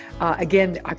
Again